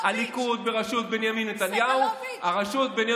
סגלוביץ', רשלנות יש במשטרה.